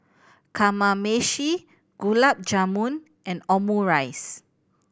Kamameshi Gulab Jamun and Omurice